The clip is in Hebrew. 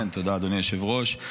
תודה, אדוני היושב-ראש.